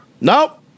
Nope